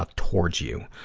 ah towards you.